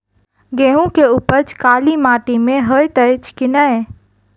गेंहूँ केँ उपज काली माटि मे हएत अछि की नै?